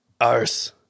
Arse